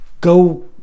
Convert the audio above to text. Go